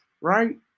right